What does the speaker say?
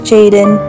Jaden